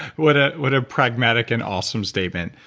what ah what a pragmatic and awesome statement.